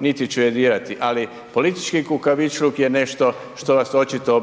niti ću je dirati, ali politički kukavičluk je nešto što vas očito